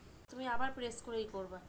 যে লোক গুলা কোম্পানির সব হিসাব কোরছে